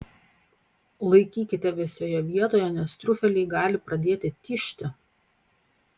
laikykite vėsioje vietoje nes triufeliai gali pradėti tižti